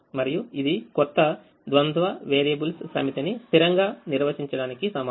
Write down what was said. మరియు ఇది క్రొత్త ద్వంద్వ వేరియబుల్స్ సమితిని స్థిరంగా నిర్వచించటానికి సమానం